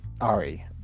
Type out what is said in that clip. Ari